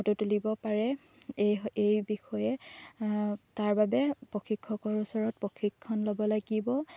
photo তুলিব পাৰে এই এই বিষয়ে তাৰ বাবে প্ৰশিক্ষকৰ ওচৰত প্ৰশিক্ষণ ল'ব লাগিব